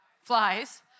Flies